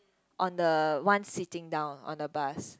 on the one sitting down on the bus